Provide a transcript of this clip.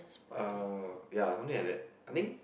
uh ya something like that I think